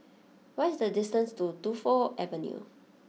what is the distance to Tu Fu Avenue